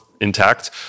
intact